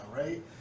right